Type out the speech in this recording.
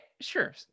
Sure